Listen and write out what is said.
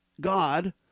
God